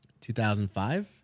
2005